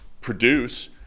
produce